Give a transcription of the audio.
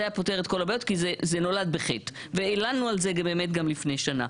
היה פותר את כל הבעיות כי זה נולד בחטא והלנו על זה גם לפני שנה.